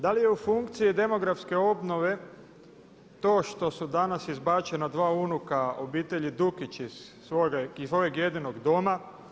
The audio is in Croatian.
Da li je u funkciji demografske obnove to što su danas izbačena dva unuka obitelji Dukić iz svojeg jedinog doma?